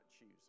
choose